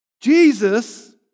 Jesus